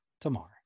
tomorrow